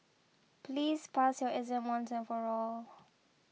please pass your exam once and for all